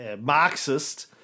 Marxist